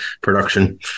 production